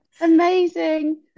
amazing